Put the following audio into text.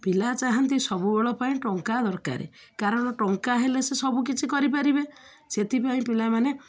ପିଲା ଚାହାଁନ୍ତି ସବୁବେଳେ ପାଇଁ ଟଙ୍କା ଦରକାରେ କାରଣ ଟଙ୍କା ହେଲେ ସେ ସବୁକିଛି କରିପାରିବେ ସେଥିପାଇଁ ପିଲାମାନେ